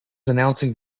announcing